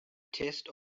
chest